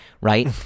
right